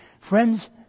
Friends